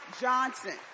Johnson